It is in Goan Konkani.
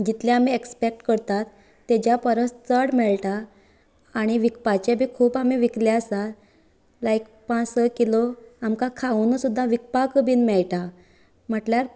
जितले आमी ऍक्पॅक्ट करतात तेच्या परस चड मेळटा आनी विकपाचे बी आमी खूब विकले आसात लायक पांच स किलो आमकां खावनू सुद्दां विकपा बीन मेळटा म्हटल्यार